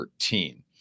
13